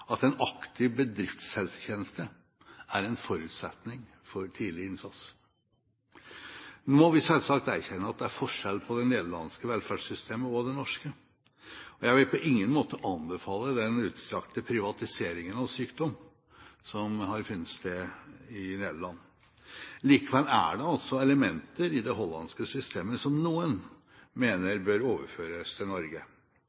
at en aktiv bedriftshelsetjeneste er en forutsetning for tidlig innsats. Nå må vi selvsagt erkjenne at det er forskjell på det nederlandske velferdssystemet og det norske, og jeg vil på ingen måte anbefale den utstrakte privatiseringen av sykdom som har funnet sted i Nederland. Likevel er det altså elementer i det hollandske systemet som noen